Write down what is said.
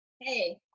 Hey